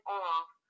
off